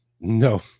No